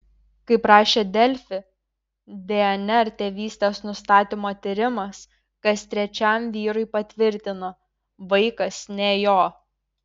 kaip rašė delfi dnr tėvystės nustatymo tyrimas kas trečiam vyrui patvirtina vaikas ne jo